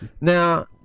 now